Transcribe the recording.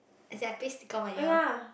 as in I paste sticker on my ear